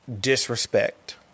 disrespect